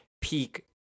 peak